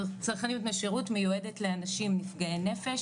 צרכנים נותני שירות מיועדת לאנשים נפגעי נפש